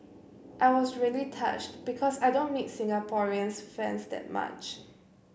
I was really touched because I don't meet Singaporean fans that much